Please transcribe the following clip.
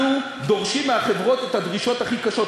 אנחנו דורשים מהחברות את הדרישות הכי קשות,